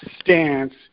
stance